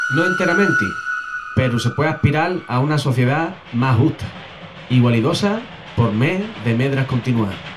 No enteramienti, peru se pué aspiral a una sociedá más justa, igualidosa, por mé de medras continuás.